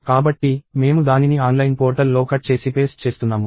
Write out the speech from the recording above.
కాబట్టి మేము దానిని ఆన్లైన్ పోర్టల్లో కట్ చేసి పేస్ట్ చేస్తున్నాము